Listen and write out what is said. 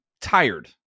tired